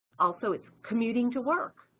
also its commuting to work,